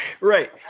right